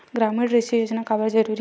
ग्रामीण कृषि योजना काबर जरूरी हे?